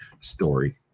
story